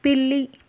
పిల్లి